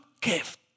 gift